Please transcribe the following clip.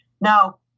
Now